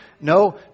no